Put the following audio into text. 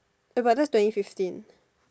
eh but that is twenty fifteen